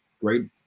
great